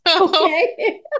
Okay